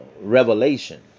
Revelation